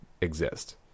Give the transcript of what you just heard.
exist